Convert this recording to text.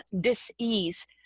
dis-ease